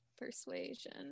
persuasion